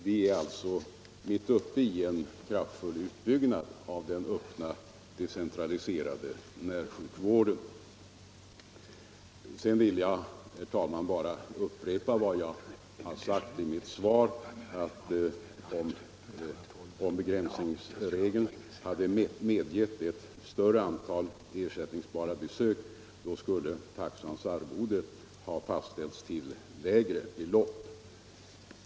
Vi är alltså mitt uppe i en kraftfull uppbyggnad av den öppna decentraliserade närsjukvården. Sedan vill jag, herr talman, bara upprepa vad jag sade i mitt svar att 121 om begränsningsregeln hade medgivit ett större antal ersättningsbara besök, skulle taxans arvoden ha fastställts till lägre belopp.